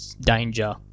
danger